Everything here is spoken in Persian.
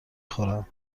خورم